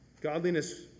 godliness